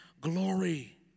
glory